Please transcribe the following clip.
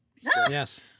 Yes